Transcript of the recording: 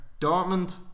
Dortmund